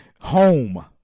home